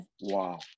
Wow